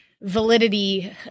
validity